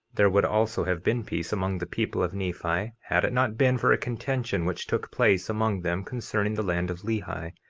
there would also have been peace among the people of nephi had it not been for a contention which took place among them concerning the land of lehi,